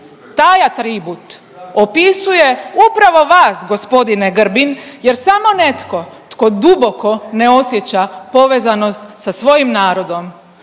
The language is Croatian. Taj atribut opisuje upravo vas gospodine Grbin jer samo netko tko duboko ne osjeća povezanost sa svojim narodom,